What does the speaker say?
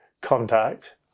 contact